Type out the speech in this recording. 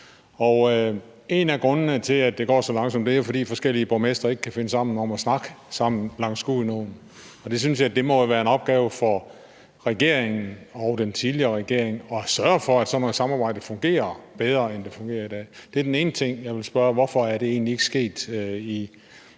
en af grundene til, at det går så langsomt med at finde en løsning, er, at forskellige borgmestre langs Gudenåen ikke kan finde sammen om at snakke sammen. Jeg synes, det må være en opgave for regeringen og den tidligere regering at sørge for, at sådan et samarbejde fungerer bedre, end det fungerer i dag. Det er den ene ting, jeg vil spørge om: Hvorfor er det egentlig ikke sket?